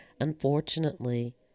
Unfortunately